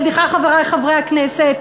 סליחה, חברי חברי הכנסת,